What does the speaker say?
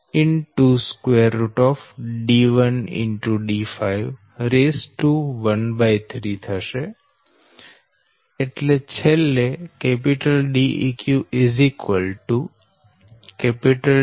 d51213 તેથી Deq D13